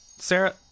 Sarah